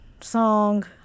song